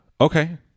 Okay